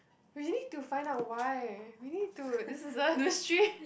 we need to find out why we need to this is a mystery